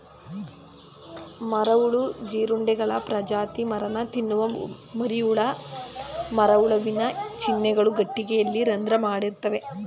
ಮರಹುಳು ಜೀರುಂಡೆಗಳ ಪ್ರಜಾತಿ ಮರನ ತಿನ್ನುವ ಮರಿಹುಳ ಮರಹುಳುವಿನ ಚಿಹ್ನೆಗಳು ಕಟ್ಟಿಗೆಯಲ್ಲಿ ರಂಧ್ರ ಮಾಡಿರ್ತವೆ